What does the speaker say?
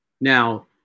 Now